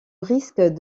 risque